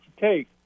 take